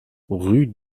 rue